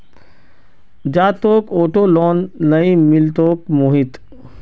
जा, तोक auto loan नइ मिलतोक मोहित